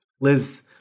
liz